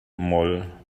moll